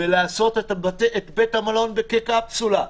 ולעשות את בית המלון כקפסולה.